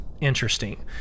Interesting